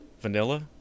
Vanilla